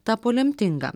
tapo lemtinga